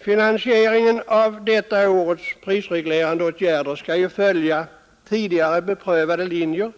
Finansieringen av årets prisreglerande åtgärder skall följa tidigare beprövade metoder,